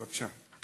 בבקשה.